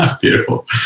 Beautiful